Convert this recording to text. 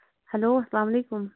hello اَسلام علیکُم